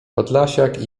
podlasiak